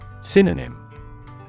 Synonym